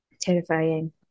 terrifying